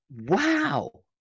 wow